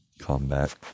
combat